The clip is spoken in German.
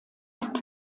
ist